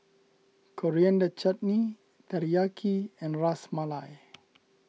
Coriander Chutney Teriyaki and Ras Malai